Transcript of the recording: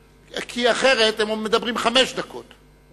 אחרת הם מדברים חמש דקות,